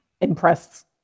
impressed